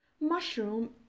Mushroom